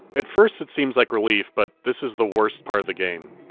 at first, it seems like relief, but this is the worst part of the game.